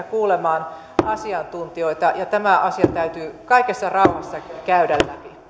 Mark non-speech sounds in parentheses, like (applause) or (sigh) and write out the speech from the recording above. (unintelligible) kuulemaan asiantuntijoita ja tämä asia täytyy kaikessa rauhassa käydä